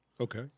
Okay